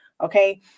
Okay